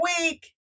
week